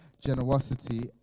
generosity